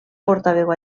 portaveu